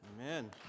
Amen